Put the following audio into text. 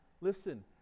Listen